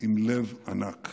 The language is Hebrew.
עם לב ענק.